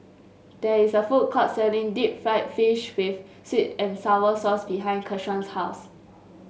there is a food court selling Deep Fried Fish with sweet and sour sauce behind Keshawn's house